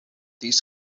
these